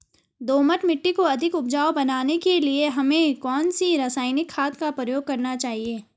दोमट मिट्टी को अधिक उपजाऊ बनाने के लिए हमें कौन सी रासायनिक खाद का प्रयोग करना चाहिए?